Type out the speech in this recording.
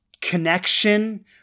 connection